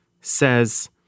says